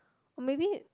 maybe